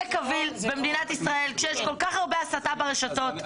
זה כביל במדינת ישראל כשיש כל כך הרבה הסתה ברשתות?